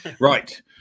right